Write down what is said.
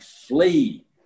flee